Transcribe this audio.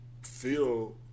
feel